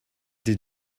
did